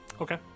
Okay